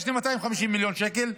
יש לי רק 250 מיליון שקל,